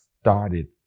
started